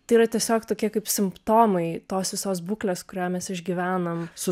tai yra tiesiog tokie kaip simptomai tos visos būklės kurią mes išgyvenam su